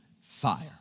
fire